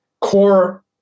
core